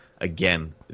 Again